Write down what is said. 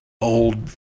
Old